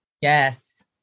Yes